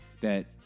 that-